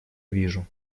вижу